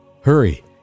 Hurry